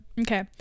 Okay